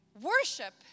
worship